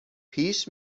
پیش